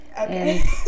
Okay